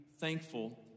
thankful